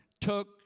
took